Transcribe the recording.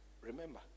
Remember